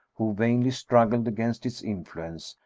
who vainly struggled against its influence,